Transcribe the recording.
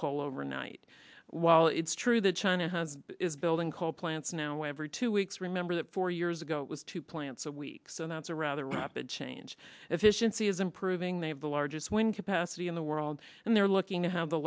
coal overnight while it's true that china is building coal plants now every two weeks remember that four years ago it was two plants a week so that's a rather rapid change efficiency is improving they have the largest wind capacity in the world and they're looking to have the